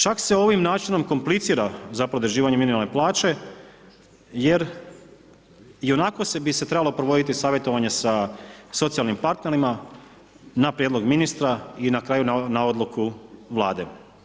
Čak se ovim načinom komplicira zapravo određivanje minimalne plaće jer i onako bi se trebalo provoditi savjetovanje sa socijalnim partnerima na prijedlog ministra i na kraju na odluku Vlade.